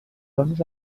dones